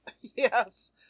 Yes